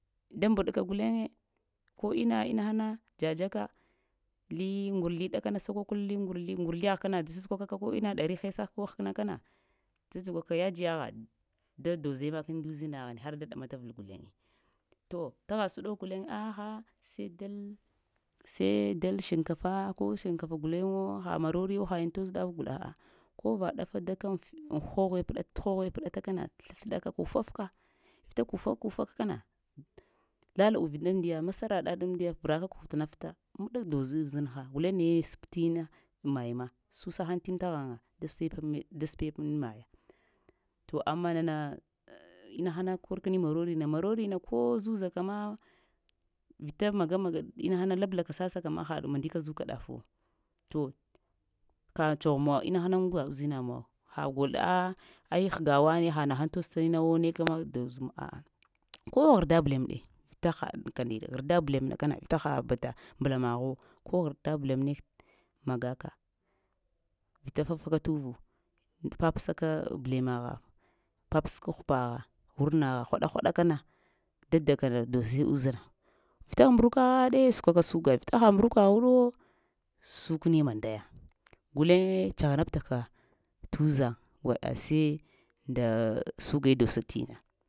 Da mbuɗ-ka guleye ko inna inna hana dza-dzaka, li ŋgurzlu, li ŋgurzliyagh kana uta sasəkwa ka ko inna ɗari hesa ko həkna kana dzadzuka yajiyagha, da-doze makəni nda uzinaghni harda ɗamata vle guleye to, tagha səɗok guley alia sai dal-saidal shinkafa ko shinkafa guleŋwo ha marori guleŋwo hayiŋ toz ɗaf gwuɗaah, ko va ɗafa daka aŋ fit aŋ hoghe pəɗa tə hoghe pəɗata kana sləf-sləɗaka kufafka, vita kufaf-kufa ka kana lala uvi day-mədiya, masaraɗaɗ aŋ mədiya varaka kukətanafta məɗa doz uzinna gulen neye sep tina maya ma, susa hen tim təghaŋa da-sep da sepe meɗ maya to amma nana inahana korkəni marorina, marorina ko zuzaka ma, vita maganagaɗ innaha lablaƙa səasaka ma haɗ mədika zukaɗafu to, ka tsogh muwa inahana ŋga uzina muwa ha gol ah ai həga wane ha nahaŋ toz daya inayawo neka ma doz a'a ko ghərda bəlem ɗe vita haɗka ndeɗe ghərda bəlem na kana vita ha bata mbəlama-ghu ko ghərda bəlem ne magaka vita fafaka tuvu papəsaka bəlemagha papəsaka hupagha, ghurnagha hwaɗa-hwaɗakana, dakana tose uzinha, vita mburuka ɗe səkwaka sugar vita ha mburuka ghwo sukeni mandaya guleŋe tsaghanab taka tu zaŋ gwaɗa se nda sugee dosəɗ tina